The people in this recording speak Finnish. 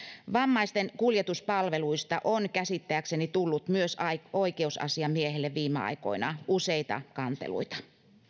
vammaisten kuljetuspalveluista on käsittääkseni tullut myös oikeusasiamiehelle viime aikoina useita kanteluita